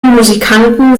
musikanten